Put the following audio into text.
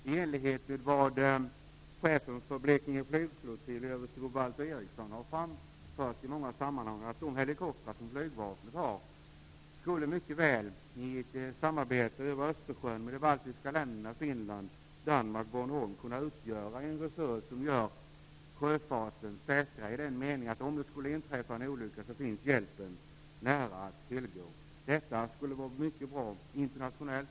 Det skulle kunna bli ett samarbete över Östersjön med de baltiska länderna, Finland, Danmark och Boo-Walter Eriksson, har i många sammanhang framfört att de helikoptrar som flygvapnet har mycket väl skulle kunna utgöra en resurs som gör sjöfarten säkrare i den meningen att hjälpen skulle finnas nära om det inträffade en olycka. Detta skulle vara mycket bra internationellt.